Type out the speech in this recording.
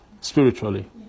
spiritually